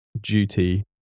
duty